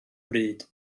bryd